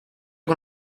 con